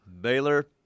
Baylor